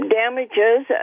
damages